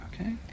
okay